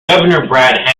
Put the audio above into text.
brad